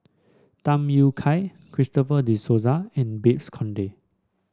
Tham Yui Kai Christopher De Souza and Babes Conde